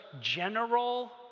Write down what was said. general